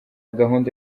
gahunda